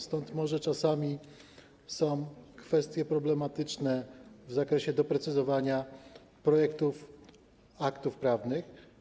Stąd może czasami są kwestie problematyczne w zakresie doprecyzowania projektów aktów prawnych.